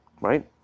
right